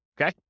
Okay